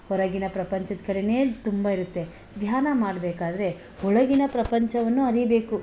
ಹೊರಗಿನ ಪ್ರಪಂಚದ ಕಡೆಯೇ ತುಂಬ ಇರುತ್ತೆ ಧ್ಯಾನ ಮಾಡ್ಬೇಕಾದರೆ ಒಳಗಿನ ಪ್ರಪಂಚವನ್ನು ಅರಿಬೇಕು